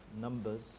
Numbers